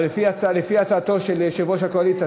לפי הצעתו של יושב-ראש הקואליציה,